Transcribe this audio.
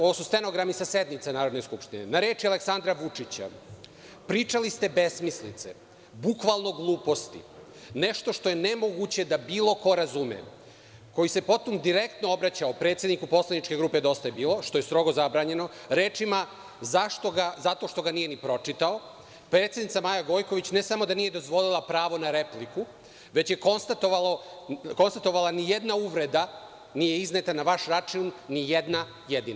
Ovo su stenogrami sa sednice Narodne skupštine – na reči Aleksandra Vučića – pričali ste besmislice, bukvalno gluposti, nešto što je nemoguće da bilo ko razume, koji se potom direktno obraćao predsedniku Poslaničke grupe „Dosta je bilo“, što je strogo zabranjeno, rečima – zašto ga, zato što ga nije ni pročitao, predsednica Maja Gojković ne samo da nije dozvolila pravo na repliku, već je konstatovala – nijedna uvreda nije izneta na vaš račun, ni jedna jedina.